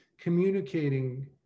communicating